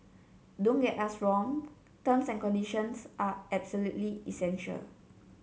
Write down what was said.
don't get us wrong terms and conditions are absolutely essential